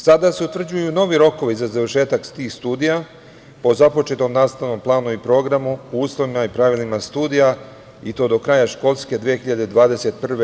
Sada se utvrđuju novi rokovi za završetak tih studija po započetom nastavnom planu i programu, po uslovima i pravilima studija i to do kraja školske 2021.